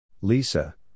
Lisa